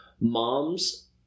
moms